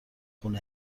خون